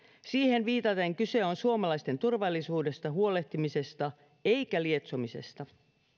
siihen viitaten kyse on suomalaisten turvallisuudesta huolehtimisesta eikä lietsomisesta